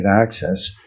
access